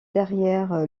derrière